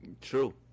True